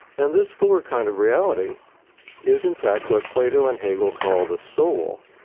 and this fuller kind of reality is in fact what plato and hegel called the soul,